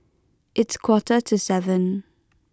its quarter to seven